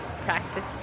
practice